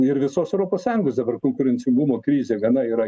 ir visos europos sąjungos dabar konkurencingumo krizė gana yra